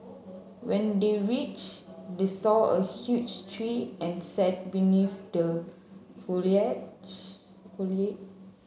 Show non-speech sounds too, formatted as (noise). when they reached they saw a huge tree and sat beneath the foliage (unintelligible)